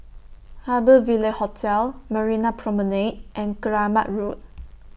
Harbour Ville Hotel Marina Promenade and Keramat Road